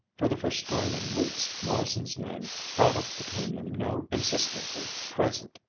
for the first time in weeks morrison's name brought up between them no insistently present,